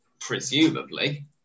presumably